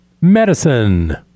medicine